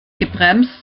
gebremst